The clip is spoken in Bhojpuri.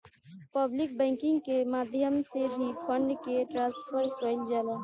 पब्लिक बैंकिंग के माध्यम से भी फंड के ट्रांसफर भी कईल जा सकेला